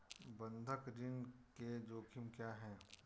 बंधक ऋण के जोखिम क्या हैं?